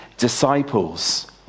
disciples